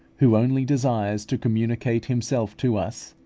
who only desires to communicate himself to us,